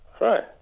Right